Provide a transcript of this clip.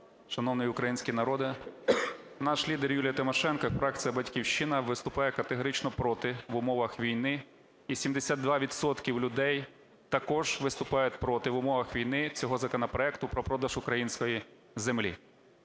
шановний український народе! Наш лідер Юлія Тимошенко і фракція "Батьківщина" виступає категорично проти в умовах війни, і 72 відсотки людей також виступають проти в умовах війни цього законопроекту про продаж української землі.